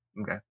Okay